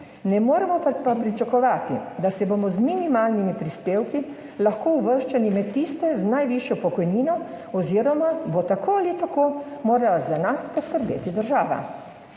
Ne moremo pa pričakovati, da se bomo z minimalnimi prispevki lahko uvrščali med tiste z najvišjo pokojnino oziroma bo tako ali tako morala za nas poskrbeti država.